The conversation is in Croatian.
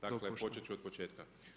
Dakle počet ću od početka.